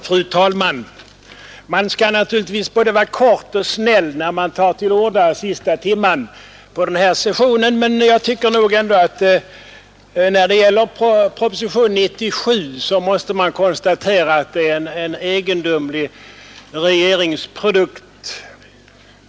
Fru talman! Man skall naturligtvis vara både kortfattad och snäll när man tar till orda sista timmen på den här sessionen. Men när det gäller propositionen 97 måste man ändå konstatera att den är en egendomlig regeringsprodukt.